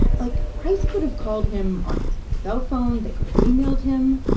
like, ice could have called him on his cell phone. they could have emailed him.